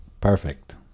Perfect